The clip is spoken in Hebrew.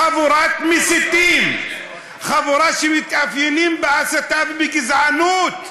חבורת מסיתים, חבורה שמתאפיינת בהסתה ובגזענות.